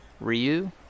Ryu